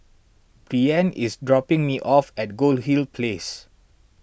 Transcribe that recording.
Breann is dropping me off at Goldhill Place